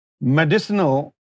Medicinal